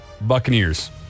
Buccaneers